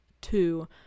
two